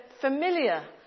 familiar